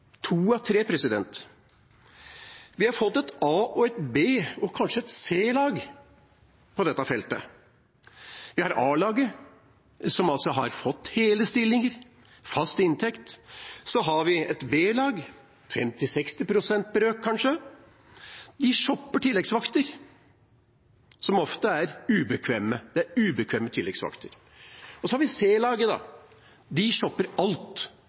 to av tre! Vi har fått et a- og et b-lag og kanskje et c-lag på dette feltet. Vi har a-laget, som har fått hele stillinger og fast inntekt. Vi har et b-lag, med kanskje en 50–60 pst.-stilling. De shopper tilleggsvakter, som ofte er ubekvemme. Vi har også c-laget. De shopper alt, og bygger opp, som et hus av legoklosser, en full stilling. Da